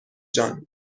جان